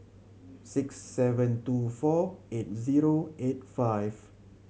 six seven two four eight zero eight five